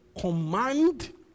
command